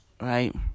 right